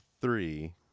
three